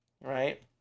right